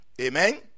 amen